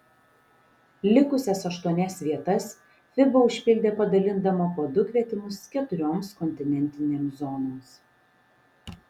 likusias aštuonias vietas fiba užpildė padalindama po du kvietimus keturioms kontinentinėms zonoms